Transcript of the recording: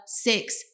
six